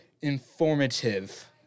informative